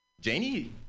Janie